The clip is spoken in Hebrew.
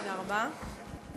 תודה רבה.